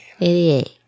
88